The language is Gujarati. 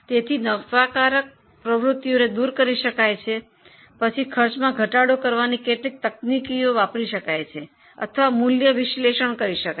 તેથી નુકસાન કારક પ્રવૃત્તિઓ દૂર કરી શકાય છે પછી ખર્ચમાં ઘટાડો કરવાની કેટલીક તકનીકીઓ વાપરી શકાય છે અથવા મૂલ્ય વિશ્લેષણ કરી શકાય છે